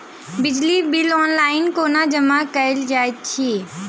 बिजली bill online कोना जमा कएल जाइत अछि?